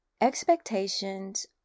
Expectations